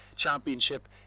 championship